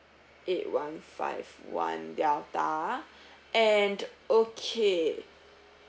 eight one five one delta and okay